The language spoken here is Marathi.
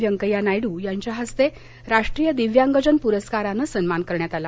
व्यंकय्या नायडू यांच्या हस्ते राष्ट्रीय दिव्यांगजन पुरस्कारानं सन्मान करण्यात आला